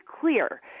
clear